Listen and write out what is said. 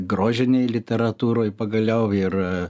grožinėj literatūroj pagaliau ir